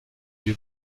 you